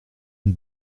une